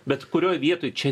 bet kurioj vietoj čia